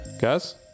Guys